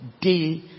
day